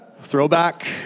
Throwback